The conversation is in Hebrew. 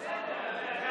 אינו נוכח יעקב